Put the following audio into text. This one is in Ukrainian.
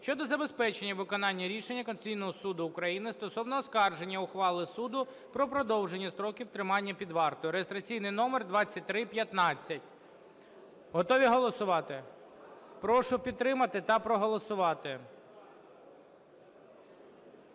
щодо забезпечення виконання рішення Конституційного Суду України стосовно оскарження ухвали суду про продовження строку тримання під вартою (реєстраційний номер 2315). Готові голосувати? Прошу підтримати та проголосувати.